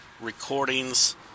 recordings